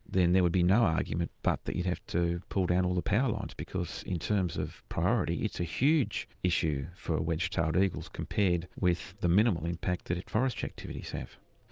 then there would be no argument but that you'd have to pull down all the power lines, because in terms of priority, it's a huge issue for wedge-tailed eagles compared with the minimal impact that forestry activities have.